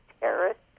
terrorists